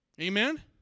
Amen